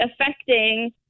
affecting